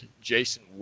jason